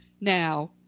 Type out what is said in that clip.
now